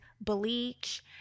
bleach